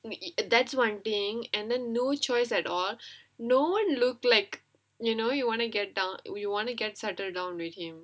that's one thing and then no choice at all no look like you know you want to get down you want to get settle down with him